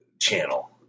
channel